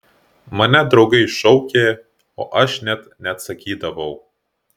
mane draugai šaukė o aš net neatsakydavau